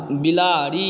बिलाड़ि